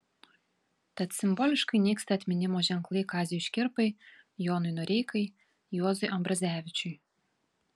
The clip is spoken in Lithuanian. tad simboliškai nyksta atminimo ženklai kaziui škirpai jonui noreikai juozui ambrazevičiui